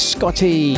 Scotty